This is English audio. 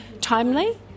timely